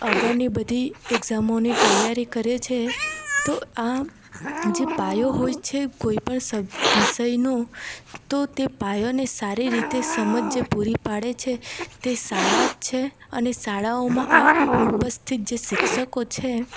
આગળની બધી એક્ઝામોની તૈયારી કરીએ છે તો આ જે પાયો હોય છે કોઈપણ સબ વિષયનો તો તે પાયોને સારી રીતે સમજે પૂરી પાડે છે તે શાળા જ છે અને શાળાઓમાં આ ઉપસ્થિત જે શિક્ષકો છે